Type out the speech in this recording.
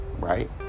right